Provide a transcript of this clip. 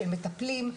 של מטפלים,